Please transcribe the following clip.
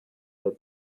that